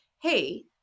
hey